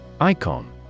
Icon